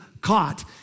caught